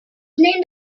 named